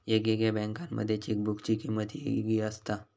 येगयेगळ्या बँकांमध्ये चेकबुकाची किमंत येगयेगळी असता